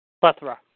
Plethora